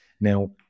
Now